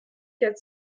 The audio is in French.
quatre